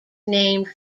named